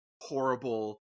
horrible